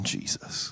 Jesus